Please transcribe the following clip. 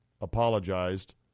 apologized